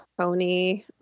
Pony